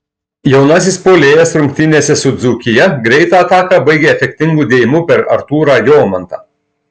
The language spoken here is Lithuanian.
jaunasis puolėjas rungtynėse su dzūkija greitą ataką baigė efektingu dėjimu per artūrą jomantą